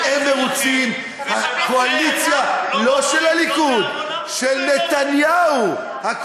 בכם לא בוחרים לא בעמונה ולא בדימונה.